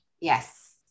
Yes